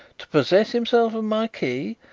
to possess himself of my key,